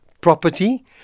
property